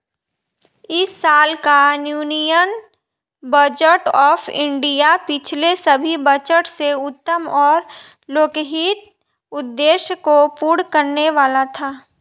इस साल का यूनियन बजट ऑफ़ इंडिया पिछले सभी बजट से उत्तम और लोकहित उद्देश्य को पूर्ण करने वाला था